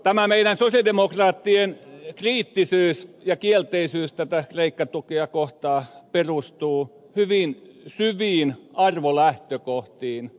tämä meidän sosialidemokraattien kriittisyys ja kielteisyys tätä kreikka tukea kohtaan perustuu hyvin syviin arvolähtökohtiin